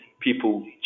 people